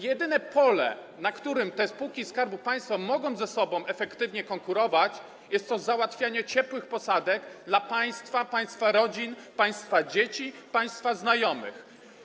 Jedyne pole, na którym te spółki Skarbu Państwa mogą ze sobą efektywnie konkurować, to jest załatwianie ciepłych posadek dla państwa, państwa rodzin, państwa dzieci, państwa znajomych.